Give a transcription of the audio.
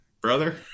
brother